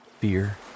fear